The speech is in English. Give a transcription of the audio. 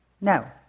no